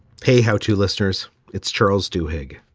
pay how to listeners. it's charles du hig.